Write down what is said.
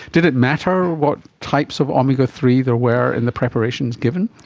did it matter what types of omega three there were in the preparations given?